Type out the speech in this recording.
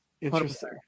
Interesting